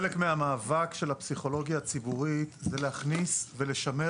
חלק מהמאבק של הפסיכולוגיה הציבורית זה להכניס ולשמר